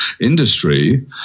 industry